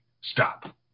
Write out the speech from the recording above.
stop